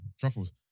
truffles